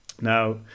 Now